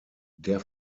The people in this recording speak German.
der